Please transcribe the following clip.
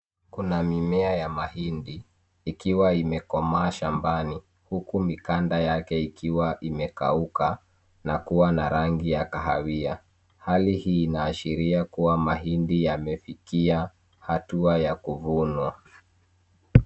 Kuna mimea ya mahindi, ikiwa imekomaa shambani, huku mikanda yake ikiwa imekauka na kuwa na rangi ya kahawia. Hali hii inaashiria kuwa mahindi yamefikia hatua ya kuvunwa.